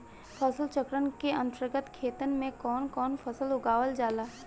फसल चक्रण के अंतर्गत खेतन में कवन कवन फसल उगावल जाला?